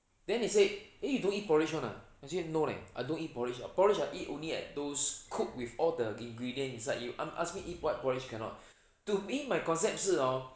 then he said eh you don't eat porridge [one] ah I said no leh I don't eat porridge porridge I eat only at those cook with all the ingredients inside you a~ ask me eat white porridge cannot to me my concept 是 hor